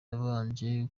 yabanje